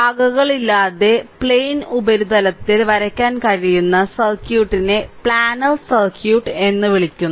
ശാഖകളില്ലാതെ plain ഉപരിതലത്തിൽ വരയ്ക്കാൻ കഴിയുന്ന സർക്യൂട്ടിനെ പ്ലാനർ സർക്യൂട്ട് എന്ന് വിളിക്കുന്നു